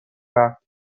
بعد